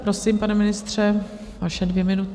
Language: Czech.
Prosím, pane ministře, vaše dvě minuty.